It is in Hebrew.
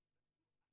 ואי אפשר להגיד,